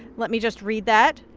let me just read that.